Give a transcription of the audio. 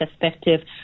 perspective